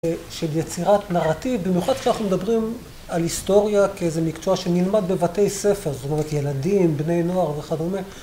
של יצירת נרטיב, במיוחד כשאנחנו מדברים על היסטוריה כאיזה מקצוע שנלמד בבתי ספר, זאת אומרת, ילדים בני נוער וכדומה